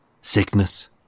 Sickness